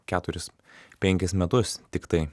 keturis penkis metus tiktai